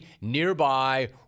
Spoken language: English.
nearby